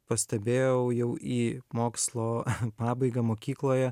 pastebėjau jau į mokslo pabaigą mokykloj